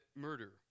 murder